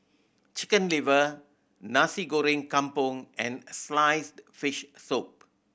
Chicken Liver Nasi Goreng Kampung and sliced fish soup